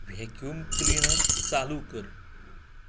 vacuum cleaner चालू कर